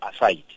aside